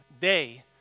day